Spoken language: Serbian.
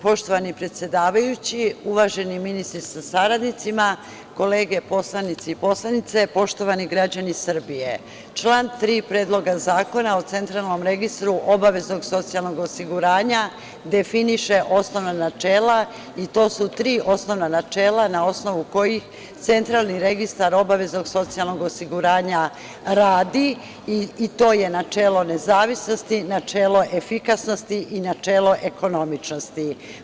Poštovani predsedavajući, uvaženi ministre sa saradnicima, kolege poslanici i poslanice, poštovani građani Srbije, član 3. Predloga zakona o Centralnom registru obaveznog socijalnog osiguranja definiše osnovna načela i to su tri osnovna načela na osnovu kojih Centralni registar obaveznog socijalnog osiguranja radi i to je načelo nezavisnosti, načelo efikasnosti i načelo ekonomičnosti.